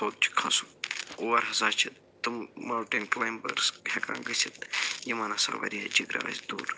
تھوٚد چھِ کھسُن اور ہسا چھِ تِم ماوُٹین کٕلامبٲرٕس ہٮ۪کان گٔژھِتھ یِمَن ہسا واریاہ جگرٕ آسہِ دوٚر